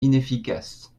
inefficace